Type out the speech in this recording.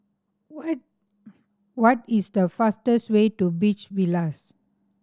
what is the fastest way to Beach Villas